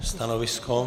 Stanovisko?